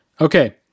Okay